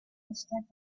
echter